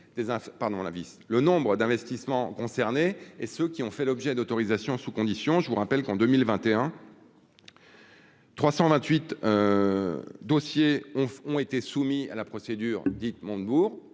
nombre d'investissements concernés et ceux qui ont fait l'objet d'autorisation sous conditions, je vous rappelle qu'en 2021 328 dossiers ont été soumis à la procédure dite Montebourg